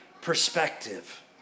perspective